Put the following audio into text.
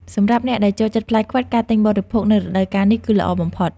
សម្រាប់អ្នកដែលចូលចិត្តផ្លែខ្វិត ការទិញបរិភោគនៅរដូវកាលនេះ គឺល្អបំផុត។